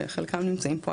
שחלקם נמצאים פה,